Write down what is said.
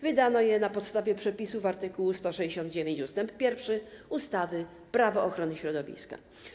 Wydano je na podstawie przepisów art. 169 ust. 1 ustawy Prawo ochrony środowiska.